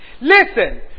Listen